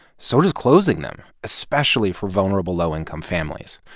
so does closing them, especially for vulnerable, low-income families.